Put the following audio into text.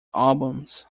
albums